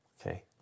Okay